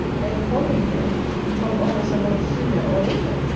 may the following year come almost a month sooner or later,